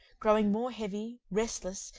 growing more heavy, restless,